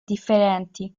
differenti